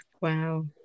Wow